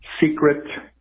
secret